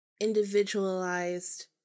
individualized